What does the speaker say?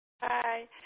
Hi